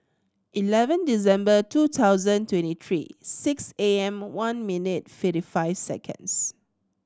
eleven December two thousand twenty three six A M One minute fifty five seconds